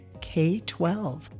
K-12